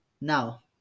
now